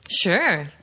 Sure